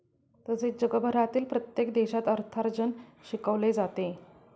तसेच जगभरातील प्रत्येक देशात अर्थार्जन शिकवले जाते